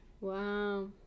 wow